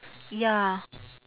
ya